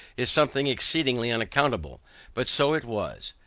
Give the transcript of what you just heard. is something exceedingly unaccountable but so it was,